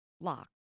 locked